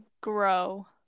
Grow